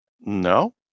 No